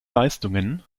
leistungen